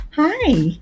Hi